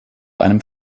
einem